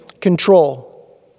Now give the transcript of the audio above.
control